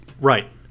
Right